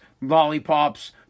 lollipops